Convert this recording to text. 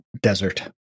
desert